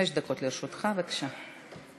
חמש דקות לרשותך, בבקשה.